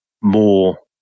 more